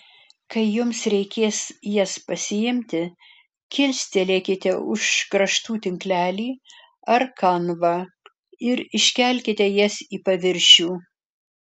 kai jums reikės jas pasiimti kilstelėkite už kraštų tinklelį ar kanvą ir iškelkite jas į paviršių